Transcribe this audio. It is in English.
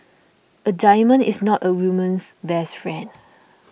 a diamond is not a woman's best friend